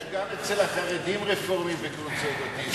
יש גם אצל החרדים רפורמים וקונסרבטיבים.